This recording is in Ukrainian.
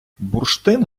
бурштин